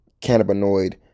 cannabinoid